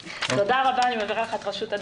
תודה רבה, אני מעבירה לך את רשות הדיבור.